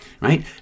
right